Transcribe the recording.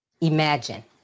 imagine